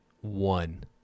One